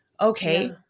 Okay